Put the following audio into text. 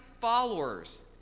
followers